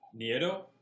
Nieto